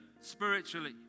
spiritually